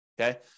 okay